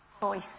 voice